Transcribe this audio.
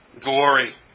glory